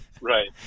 right